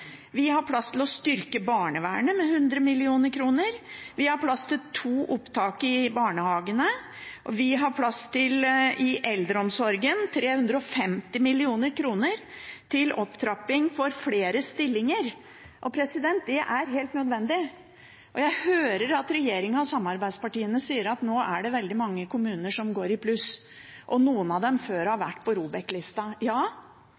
Vi har plass til å styrke barnevernet med 100 mill. kr, vi har plass til to opptak i barnehagene, og vi har plass til 350 mill. kr i eldreomsorgen til opptrapping for flere stillinger. Det er helt nødvendig. Jeg hører at regjeringen og samarbeidspartiene sier at det nå er veldig mange kommuner som går i pluss, og at noen av disse før har